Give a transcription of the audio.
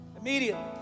immediately